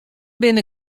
binne